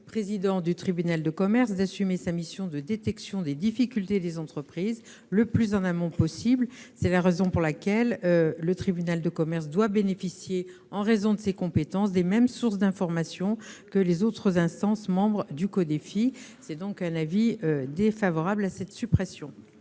président du tribunal de commerce d'assumer sa mission de détection des difficultés des entreprises le plus en amont possible. C'est la raison pour laquelle le tribunal de commerce doit bénéficier, en raison de ses compétences, des mêmes sources d'informations que les autres instances membres du CODEFI. La commission a donc émis défavorable sur cet amendement.